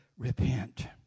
repent